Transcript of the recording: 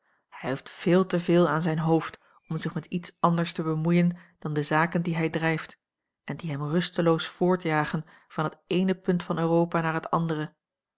hij heeft veel te veel aan zijn hoofd om zich met iets anders te bemoeien dan de zaken die hij drijft en die hem rusteloos voortjagen van het eene punt van europa naar het andere